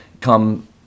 come